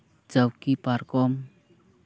ᱪᱟᱹᱣᱠᱤ ᱯᱟᱨᱠᱚᱢ